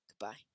Goodbye